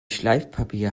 schleifpapier